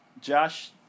Josh